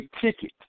ticket